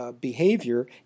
behavior